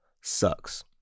sucks